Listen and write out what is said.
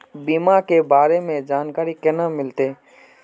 बीमा के बारे में जानकारी केना मिलते?